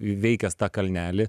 įveikęs tą kalnelį